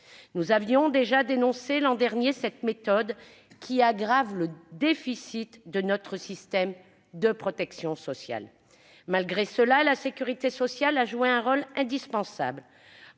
Nous avions déjà dénoncé l'an dernier cette méthode, qui aggrave le déficit de notre système de protection sociale. Malgré cela, la sécurité sociale a joué un rôle indispensable,